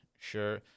Sure